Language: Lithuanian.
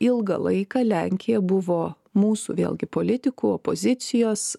ilgą laiką lenkija buvo mūsų vėlgi politikų opozicijos